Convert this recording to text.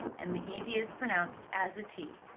and the ed is pronounced as a t.